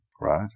right